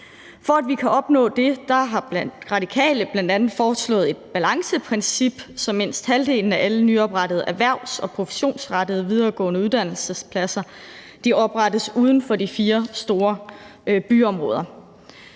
For at vi kan opnå det, har Radikale bl.a. foreslået et balanceprincip, så mindst halvdelen af alle nyoprettede erhvervs- og professionsrettede videregående uddannelsespladser oprettes uden for de fire store byområder.